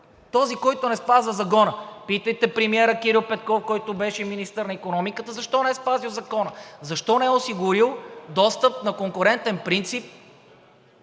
Този, който не спазва закона! Питайте премиера Кирил Петков, който беше министър на икономиката, защо не е спазил закона? Защо не е осигурил достъп на конкурентен принцип